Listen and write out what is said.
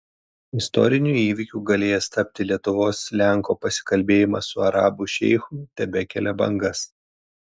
istoriniu įvykiu galėjęs tapti lietuvos lenko pasikalbėjimas su arabų šeichu tebekelia bangas